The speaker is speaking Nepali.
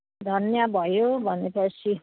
धनिया भयो भनेपछि